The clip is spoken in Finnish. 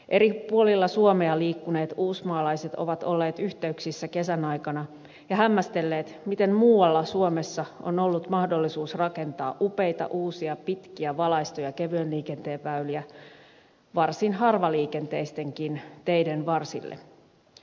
eri puolilla suomea liikkuneet uusmaalaiset ovat olleet yh teyksissä kesän aikana ja hämmästelleet miten muualla suomessa on ollut mahdollisuus rakentaa upeita uusia pitkiä valaistuja kevyen liikenteen väyliä varsin harvaliikenteistenkin teiden varsille